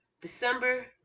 December